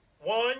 one